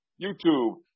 YouTube